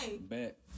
Bet